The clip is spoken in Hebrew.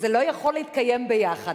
זה לא יכול להתקיים ביחד.